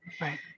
Right